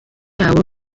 yabo